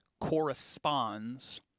corresponds